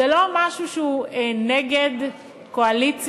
זה לא משהו שהוא נגד קואליציה,